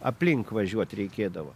aplink važiuot reikėdavo